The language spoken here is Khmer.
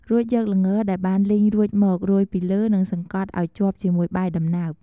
រួចយកល្ងដែលបានលីងរួចមក រោយពីលើនិងសង្កត់ឱ្យជាប់ជាមួយបាយដំណើប។